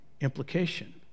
implication